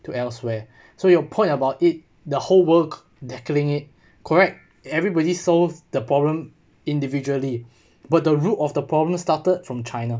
two elsewhere so your point about it the whole work tackling it correct everybody solve the problem individually but the root of the problem started from china